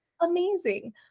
amazing